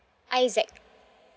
isaac